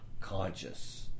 conscious